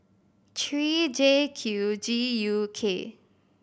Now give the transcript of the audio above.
three J Q G U K